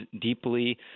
deeply—